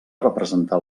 representar